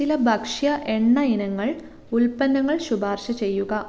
ചില ഭക്ഷ്യ എണ്ണ ഇനങ്ങൾ ഉൽപ്പന്നങ്ങൾ ശുപാർശ ചെയ്യുക